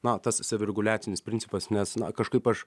na tas savireguliacinis principas nes na kažkaip aš